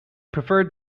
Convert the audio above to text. preferred